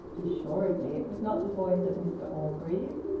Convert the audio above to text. assuredly it was not the voice of mr orgreave,